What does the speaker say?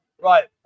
Right